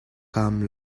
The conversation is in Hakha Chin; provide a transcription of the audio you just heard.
kam